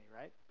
right